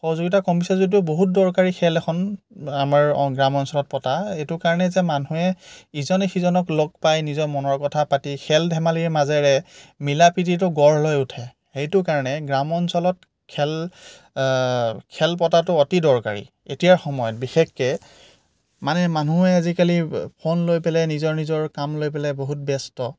সহযোগিতা কমিছে যদিও বহুত দৰকাৰী খেল এখন আমাৰ গ্ৰাম্যঞ্চলত পতা এইটো কাৰণেই যে মানুহে ইজনে সিজনক লগ পাই নিজৰ মনৰ কথা পাতি খেল ধেমালিৰ মাজেৰে মিলা প্ৰীতিটো গঢ় লৈ উঠে সেইটো কাৰণে গ্ৰাম্যঞ্চলত খেল খেল পতাটো অতি দৰকাৰী এতিয়াৰ সময়ত বিশেষকৈ মানে মানুহে আজিকালি ফ'ন লৈ পেলাই নিজৰ নিজৰ কাম লৈ পেলাই বহুত ব্যস্ত